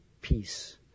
peace